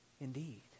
Indeed